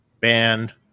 band